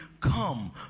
come